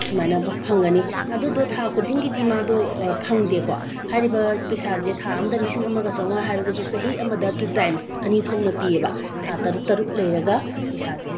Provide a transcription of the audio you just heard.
ꯁꯨꯃꯥꯏꯅ ꯐꯪꯒꯅꯤ ꯑꯗꯨꯗꯣ ꯊꯥ ꯈꯨꯗꯤꯡꯒꯤꯗꯤ ꯃꯥꯗꯣ ꯐꯪꯗꯦꯀꯣ ꯍꯥꯏꯔꯤꯕ ꯄꯩꯁꯥꯁꯦ ꯊꯥ ꯑꯃꯗ ꯂꯤꯁꯤꯡ ꯑꯃꯒ ꯆꯃꯉꯥ ꯍꯥꯏꯔꯒꯁꯨ ꯆꯍꯤ ꯑꯃꯗ ꯇꯨ ꯇꯥꯏꯝꯁ ꯑꯅꯤ ꯊꯣꯛꯅ ꯄꯤꯑꯦꯕ ꯊꯥ ꯇꯔꯨꯛ ꯇꯔꯨꯛ ꯂꯩꯔꯒ ꯄꯩꯁꯥꯁꯦ